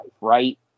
Right